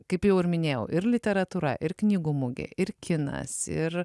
kaip jau ir minėjau ir literatūra ir knygų mugė ir kinas ir